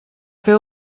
fer